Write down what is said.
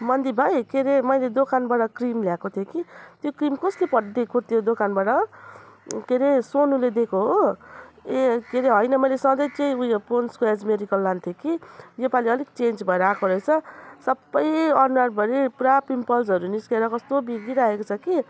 मन्दिप भाइ के रे मैले दोकानबाट क्रिम ल्याएको थिएँ कि त्यो क्रिम कसले पट् दिएको त्यो दोकानबाट के रे सोनुले दिएको हो ए के रे हैन मैले सधै चाहिँ ऊ यो पोन्ड्सको एज मिऱ्याकल लान्थेँ कि यो पालि अलिक चेन्ज भएर आएको रहेछ सबै अनुहारभरि पुरा पिम्पल्सहरू निस्केर कस्तो बिग्रिरहेको छ कि